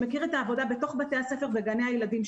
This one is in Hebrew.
שמכיר את העבודה בתוך בתי הספר וגני הילדים,